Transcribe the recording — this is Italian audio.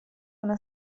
una